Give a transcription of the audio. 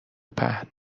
پهن